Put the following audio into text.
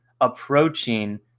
approaching